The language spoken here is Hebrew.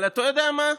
אבל אתה יודע מה?